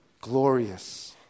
glorious